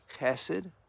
chesed